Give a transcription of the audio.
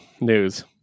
news